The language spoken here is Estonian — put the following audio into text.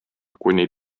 kuni